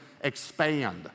expand